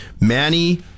Manny